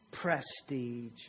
prestige